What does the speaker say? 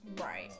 Right